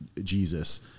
Jesus